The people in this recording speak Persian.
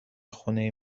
خونه